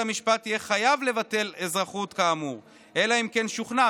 בית המשפט יהיה חייב לבטל אזרחות כאמור אלא אם כן שוכנע,